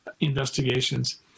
investigations